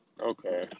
Okay